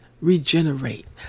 regenerate